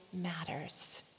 matters